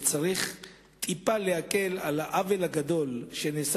וצריך טיפה להקל את העוול הגדול שנעשה